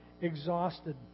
exhausted